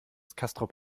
castrop